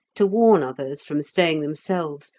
to warn others from staying themselves,